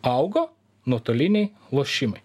augo nuotoliniai lošimai